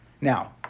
Now